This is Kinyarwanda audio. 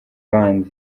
band